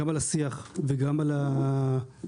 גם על השיח וגם על הכוונה.